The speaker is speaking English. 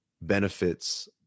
benefits